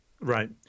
Right